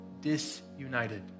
disunited